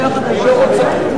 אבטחת שרים),